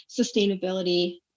sustainability